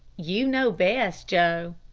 you know best, joe.